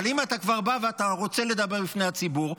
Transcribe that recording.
אבל אם אתה כבר בא ואתה רוצה לדבר בפני הציבור,